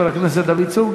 חבר הכנסת דוד צור,